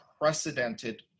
unprecedented